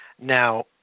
Now